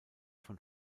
von